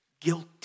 guilty